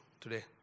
today